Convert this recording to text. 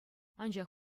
анчах